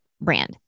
brand